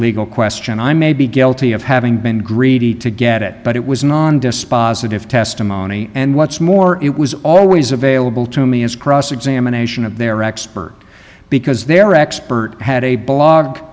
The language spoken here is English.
legal question i may be guilty of having been greedy to get it but it was non dispositive testimony and what's more it was always available to me as cross examination of their expert because their expert had a blog